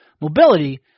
mobility